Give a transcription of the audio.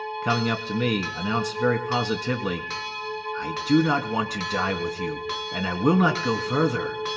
coming up to me, announced very positively i do not want to die with you and i will not go further.